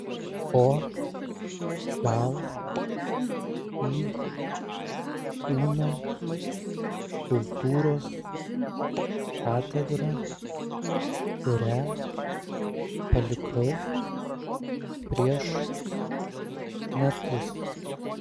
o gal į kūno kultūros katedrą kurią palikau prieš metus